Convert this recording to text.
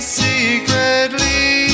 secretly